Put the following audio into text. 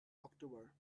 october